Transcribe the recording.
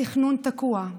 התכנון תקוע,